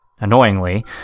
Annoyingly